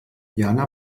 jana